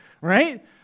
right